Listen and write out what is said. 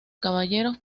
caballeros